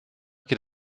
geht